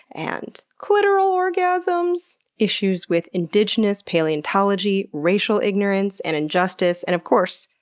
and clitoral orgasms, issues with indigenous paleontology, racial ignorance, and injustice, and of course,